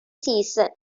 season